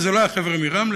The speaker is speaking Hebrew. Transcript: ואלה לא היה חבר'ה מרמלה,